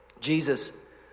Jesus